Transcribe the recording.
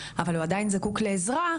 אבל הוא עדיין זקוק לעזרה,